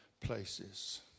places